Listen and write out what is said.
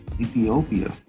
Ethiopia